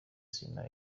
serena